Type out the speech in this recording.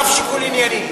אף שיקול ענייני.